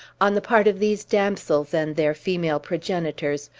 on the part of these damsels and their female progenitors,